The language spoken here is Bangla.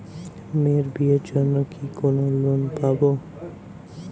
মেয়ের বিয়ের জন্য কি কোন লোন পাব?